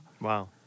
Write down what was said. Wow